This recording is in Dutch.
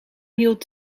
hield